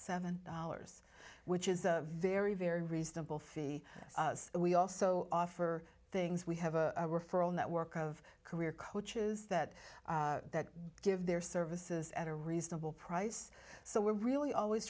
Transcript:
seven dollars which is a very very reasonable fee we also offer things we have a referral network of career coaches that give their services at a reasonable price so we're really always